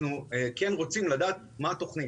אנחנו רוצים לדעת מה התוכנית,